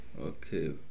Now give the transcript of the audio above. Okay